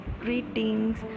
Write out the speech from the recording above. greetings